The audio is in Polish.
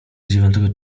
dziewiątego